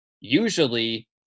Usually